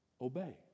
obey